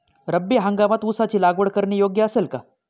रब्बी हंगामात ऊसाची लागवड करणे योग्य असेल का?